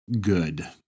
good